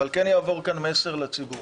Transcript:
אבל כן יעבור כאן מסר לציבור.